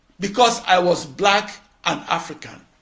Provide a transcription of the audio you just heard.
because i was black and african.